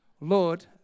Lord